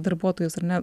darbuotojus ar ne